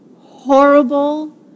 horrible